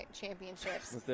championships